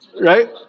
Right